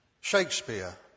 Shakespeare